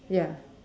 ya